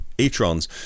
e-trons